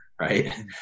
Right